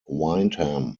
windham